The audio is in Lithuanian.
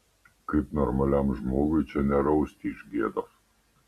kaip normaliam žmogui čia nerausti iš gėdos